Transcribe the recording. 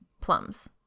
plums